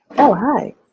oh, hi.